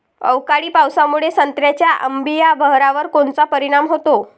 अवकाळी पावसामुळे संत्र्याच्या अंबीया बहारावर कोनचा परिणाम होतो?